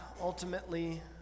ultimately